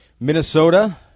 Minnesota